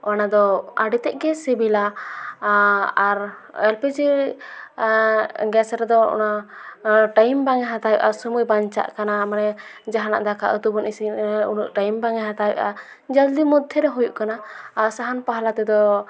ᱚᱱᱟ ᱫᱚ ᱟᱹᱰᱤᱛᱮᱫ ᱜᱮ ᱥᱤᱵᱤᱞᱟ ᱟᱨ ᱮᱞ ᱯᱤ ᱡᱤ ᱜᱮᱥ ᱨᱮᱫᱚ ᱚᱱᱟ ᱴᱟᱭᱤᱢ ᱵᱟᱝᱮ ᱦᱟᱛᱟᱣᱮᱜᱼᱟ ᱥᱩᱢᱟᱹᱭ ᱵᱟᱧᱪᱟᱜ ᱠᱟᱱᱟ ᱢᱟᱱᱮ ᱡᱟᱦᱟᱱᱟᱜ ᱫᱟᱠᱟ ᱩᱛᱩ ᱵᱚᱱ ᱤᱥᱤᱱ ᱫᱟ ᱩᱱᱟᱹᱜ ᱴᱟᱭᱤᱢ ᱵᱟᱝᱮ ᱦᱟᱛᱟᱣᱮᱜᱼᱟ ᱡᱚᱞᱫᱤ ᱢᱚᱫᱽᱫᱷᱮᱨᱮ ᱦᱩᱭᱩᱜ ᱠᱟᱱᱟ ᱥᱟᱦᱟᱱ ᱯᱟᱦᱞᱟ ᱛᱮᱫᱚ